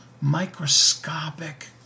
microscopic